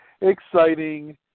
exciting